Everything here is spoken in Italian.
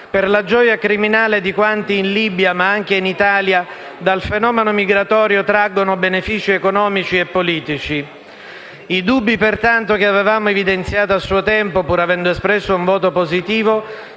per la gioia criminale di quanti in Libia, ma anche in Italia, dal fenomeno migratorio traggono benefici economici e politici. I dubbi, pertanto, che avevamo evidenziato a suo tempo, pur avendo espresso un voto positivo,